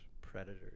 Predators